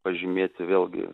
pažymėti vėlgi